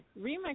remix